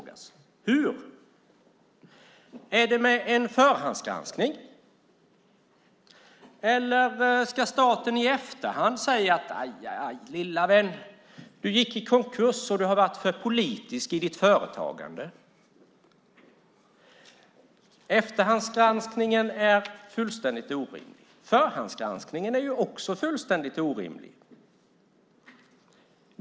Jag undrar om det ska vara en förhandsgranskning eller om staten i efterhand ska säga: Aj, aj, aj, lilla vän, du gick i konkurs, och du har varit för politisk i ditt företagande. En efterhandsgranskning är fullständigt orimligt. Också en förhandsgranskning är fullständigt orimligt.